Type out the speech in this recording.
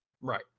right